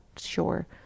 sure